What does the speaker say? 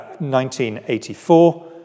1984